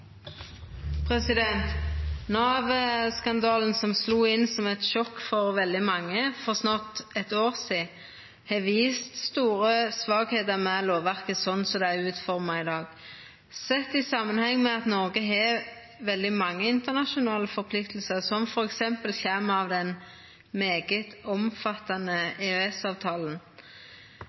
som slo inn som eit sjokk for veldig mange for snart eit år sidan, har vist store svakheiter ved lovverket slik som det er utforma i dag, sett i samanheng med at Noreg har veldig mange internasjonale forpliktingar, som f.eks. kjem av den svært omfattande